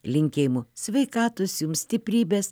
linkėjimų sveikatos jums stiprybės